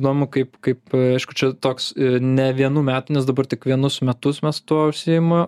įdomu kaip kaip aišku čia toks ne vienų metų nes dabar tik vienus metus mes tuo užsiima